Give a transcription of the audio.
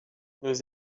nous